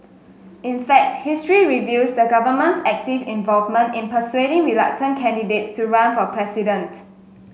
in fact history reveals the government's active involvement in persuading reluctant candidates to run for president